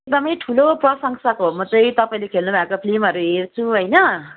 एकदमै ठुलो प्रशंसक हो म चाहिँ तपाईँले खेल्नु भएको फिल्महरू हेर्छु होइन